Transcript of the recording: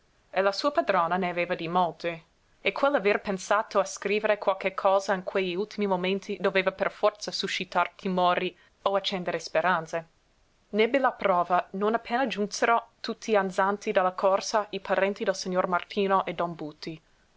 e la sua padrona ne aveva di molti e quell'aver pensato a scrivere qualche cosa in quegli ultimi momenti doveva per forza suscitar timori o accendere speranze n'ebbe la prova non appena giunsero tutti ansanti dalla corsa i parenti del signor martino e don buti